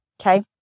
okay